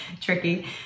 tricky